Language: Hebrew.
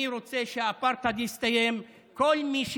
אני רוצה שהאפרטהייד יסתיים.